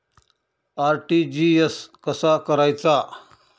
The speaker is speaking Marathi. आर.टी.जी.एस कसा करायचा?